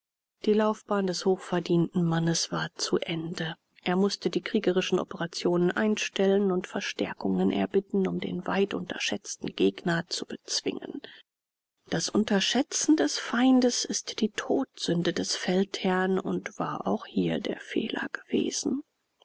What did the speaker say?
die laufbahn des hochverdienten mannes war zu ende er mußte die kriegerischen operationen einstellen und verstärkungen erbitten um den weit unterschätzten gegner zu bezwingen das unterschätzen des feindes ist die todsünde des feldherrn und war auch hier der fehler gewesen